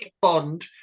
bond